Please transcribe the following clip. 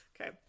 Okay